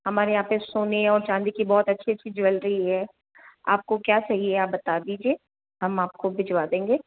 हमारे यहाँ पे सोने और चांदी की बहुत अच्छी अच्छी ज्वेलरी है आपको क्या चाहिए आप बता दीजिए हम आपको भिजवा देंगे